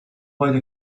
wide